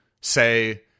say